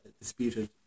disputed